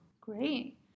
Great